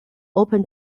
open